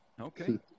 Okay